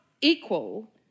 equal